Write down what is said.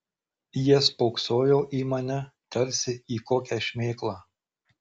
jie spoksojo į mane tarsi į kokią šmėklą